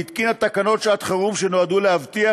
והתקינה תקנות שעת חירום שנועדו להבטיח